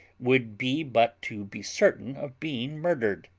would be but to be certain of being murdered.